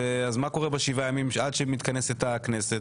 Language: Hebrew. אז מה קורה בשבעה ימים עד שהיא מתכנסת הכנסת?